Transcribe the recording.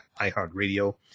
iHeartRadio